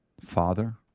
Father